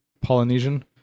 Polynesian